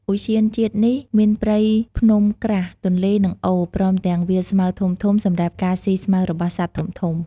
ឧទ្យានជាតិនេះមានព្រៃភ្នំក្រាស់ ទន្លេ និងអូរ ព្រមទាំងវាលស្មៅធំៗសម្រាប់ការស៊ីស្មៅរបស់សត្វធំៗ។